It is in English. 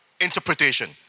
interpretation